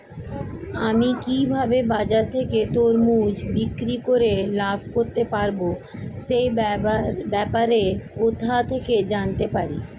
আমি কিভাবে বাজার থেকে তরমুজ বিক্রি করে লাভ করতে পারব সে ব্যাপারে কোথা থেকে জানতে পারি?